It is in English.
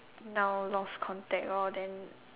now lost contact lor then